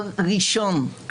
ראשון.